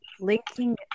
linking